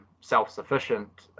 self-sufficient